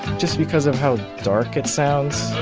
just because of how dark it sounds